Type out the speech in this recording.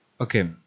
Okay